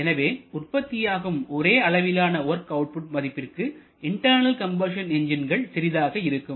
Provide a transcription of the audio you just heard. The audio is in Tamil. எனவே உற்பத்தியாகும் ஒரே அளவிலான வொர்க் அவுட்புட் மதிப்பிற்கு இன்டர்னல் கம்பஷன் என்ஜின்கள் சிறிதாக இருக்கும்